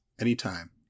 Anytime